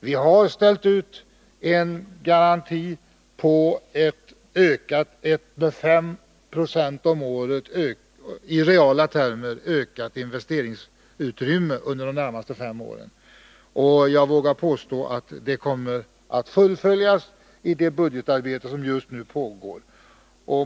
Vi har ställt ut en garanti på ett med 5 20 om året i reala termer ökat investeringsutrymme under de närmaste fem åren. Jag vågar påstå att detta kommer att fullföljas i det budgetarbete som nu pågår.